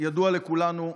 ידוע לכולנו,